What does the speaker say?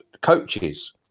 coaches